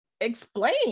explain